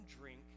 drink